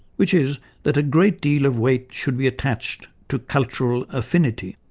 which is that a great deal of weight should be attached to cultural affinity.